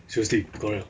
seriously correct or not